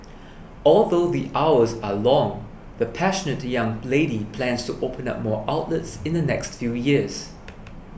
although the hours are long the passionate young lady plans to open up more outlets in the next few years